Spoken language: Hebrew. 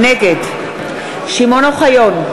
נגד שמעון אוחיון,